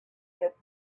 that